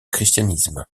christianisme